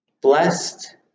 Blessed